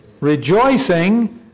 Rejoicing